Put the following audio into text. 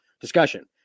discussion